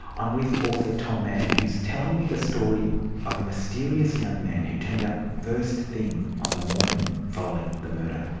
i'm with author tom manne who's telling me the story of a mysterious young man who turned up first thing on the morning following the murder.